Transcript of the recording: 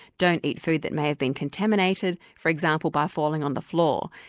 don't eat food that may have been contaminated, for example by falling on the floor,